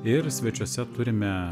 ir svečiuose turime